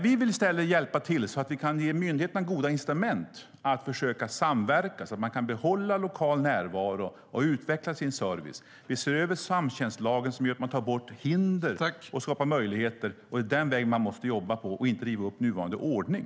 Vi vill i stället hjälpa till, så att vi kan ge myndigheterna goda incitament till att försöka samverka, så att de kan behålla lokal närvaro och utveckla sin service. Vi ser över samtjänstlagen, så att man tar bort hinder och skapar möjligheter. Det är den vägen man måste jobba på - inte riva upp nuvarande ordning.